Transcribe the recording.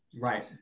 right